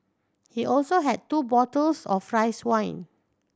he also had two bottles of rice wine